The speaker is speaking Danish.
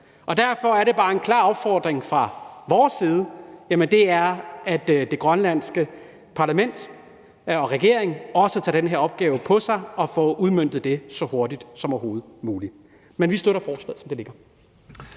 derfor er der bare en klar opfordring fra vores side, og det er, at det grønlandske parlament og regeringen også tager den her opgave på sig og får udmøntet det så hurtigt som overhovedet muligt. Men vi støtter forslaget, som det foreligger.